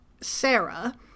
Sarah